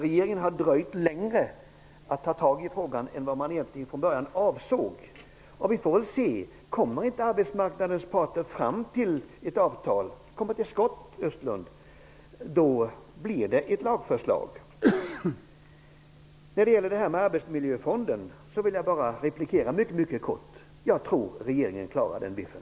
Regeringen har dröjt längre med att ta itu med frågan än vad som egentligen avsågs. Vi får väl se. Om inte arbetsmarknadens parter kommer till skott med ett avtal, Sten Östlund, får ett lagförslag läggas fram. När det gäller Arbetsmiljöfonden vill jag bara replikera mycket kort: Jag tror att regeringen klarar den biffen.